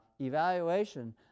Evaluation